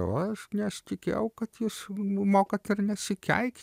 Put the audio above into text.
o aš nes nesitikėjau kad jūs mokat ir nesikeikt